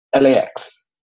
LAX